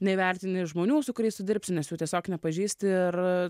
neįvertini žmonių su kuriais sudirbsi nes jų tiesiog nepažįsti ir